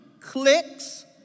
clicks